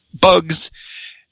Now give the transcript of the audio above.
bugs